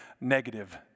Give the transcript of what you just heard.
negative